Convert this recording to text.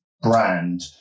brand